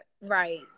right